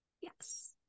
yes